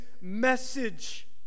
message